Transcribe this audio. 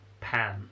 pan